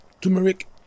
turmeric